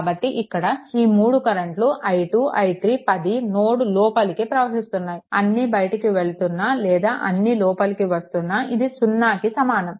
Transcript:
కాబట్టి ఇక్కడ ఈ మూడు కరెంట్లు i2 i3 మరియు 10 నోడ్ లోపలికి ప్రవహిస్తున్నాయి అన్నీ బయటికి వెళ్తున్నా లేదా అన్నీ లోపలికి వస్తున్నా ఇది సున్నాకి సమానం